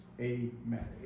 Amen